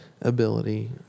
ability